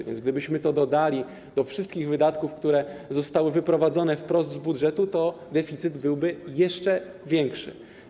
A więc gdybyśmy to dodali do wszystkich wydatków, które zostały wyprowadzone wprost z budżetu, to deficyt byłby jeszcze większy.